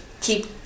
keep